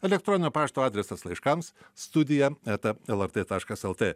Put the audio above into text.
elektroninio pašto adresas laiškams studija eta lrt taškas lt